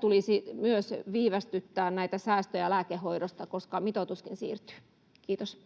tulisi viivästyttää myös näitä säästöjä lääkehoidosta, koska mitoituskin siirtyy? — Kiitos.